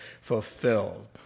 fulfilled